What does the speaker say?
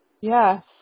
Yes